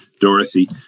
Dorothy